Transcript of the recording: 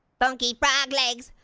funky frog legs,